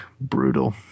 brutal